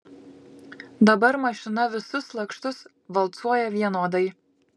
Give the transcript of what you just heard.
dabar mašina visus lakštus valcuoja vienodai